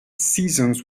seasons